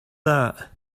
that